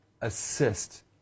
assist